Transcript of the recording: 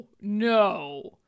No